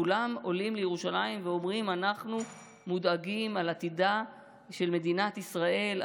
כולם עולים לירושלים ואומרים: אנחנו מודאגים מעתידה של מדינת ישראל,